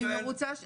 אני מרוצה,